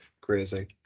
crazy